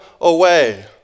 away